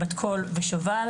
בת קול ושוב"ל.